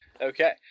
Okay